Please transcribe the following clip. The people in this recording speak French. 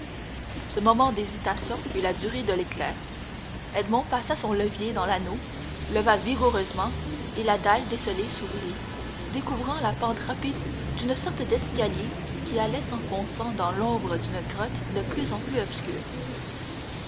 ce moment d'hésitation eut la durée de l'éclair edmond passa son levier dans l'anneau leva vigoureusement et la dalle descellée s'ouvrit découvrant la pente rapide d'une sorte d'escalier qui allait s'enfonçant dans l'ombre d'une grotte de plus en plus obscure